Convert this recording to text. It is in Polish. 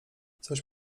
coś